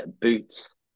boots